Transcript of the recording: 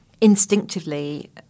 instinctively